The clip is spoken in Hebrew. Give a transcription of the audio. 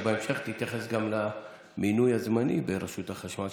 בהמשך תתייחס גם למינוי הזמני ברשות החשמל,